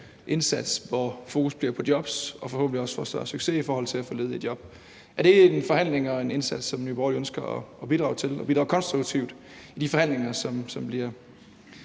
indsats, hvor fokus bliver på jobs, og forhåbentlig også får større succes med at få ledige i job. Er det en forhandling og en indsats, som Nye Borgerlige ønsker at bidrage til og bidrage konstruktivt til i de forhandlinger, som bliver